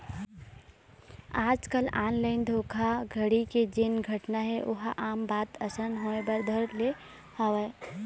आजकल ऑनलाइन धोखाघड़ी के जेन घटना हे ओहा आम बात असन होय बर धर ले हवय